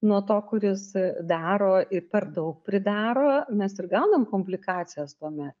nuo to kuris daro ir per daug pridaro mes ir gaunam komplikacijas tuomet